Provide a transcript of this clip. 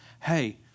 hey